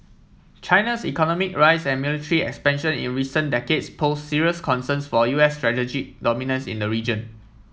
China's economic rise and military expansion in recent decades pose serious concerns for U S dominance in the region